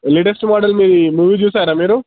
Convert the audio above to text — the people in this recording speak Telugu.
లేటెస్ట్ మోడలు మీరు ఈ మూవీ చూశారా మీరు